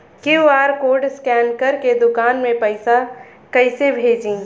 QR code scan करके दुकान में पैसा कइसे भेजी?